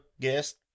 guest